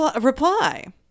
reply